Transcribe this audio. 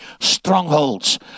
Strongholds